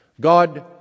God